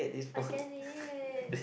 I get it